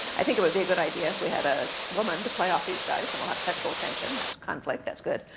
i think it would be a good idea if we had a woman to play off these guys, and then we'll have sexual tension, that's conflict that's good.